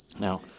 Now